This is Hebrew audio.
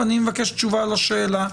אני מבקש תשובה על השאלה,